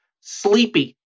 sleepy